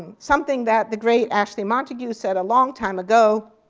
something that the great ashley montague said a long time ago,